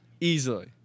Easily